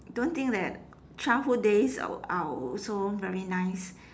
don't think that childhood days are also very nice